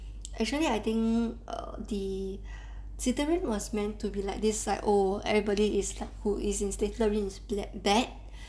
actually I think err the slytherin was meant to be like this like oh everybody is like who is slytherin bad